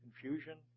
confusion